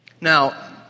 Now